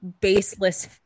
baseless